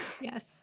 Yes